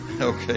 Okay